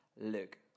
Look